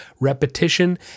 repetition